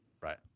right